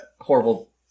horrible